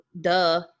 duh